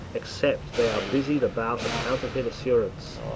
except they are busied about a counterfeit assurance.